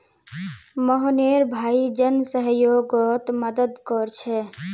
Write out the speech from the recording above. मोहनेर भाई जन सह्योगोत मदद कोरछे